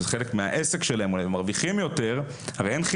שזה חלק מן העסק שלהם והם מרוויחים יותר.